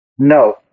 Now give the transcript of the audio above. No